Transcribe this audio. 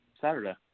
Saturday